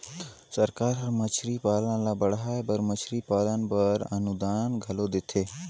सरकार हर मछरी पालन ल बढ़ाए बर मछरी पालन बर अनुदान घलो देथे